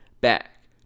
back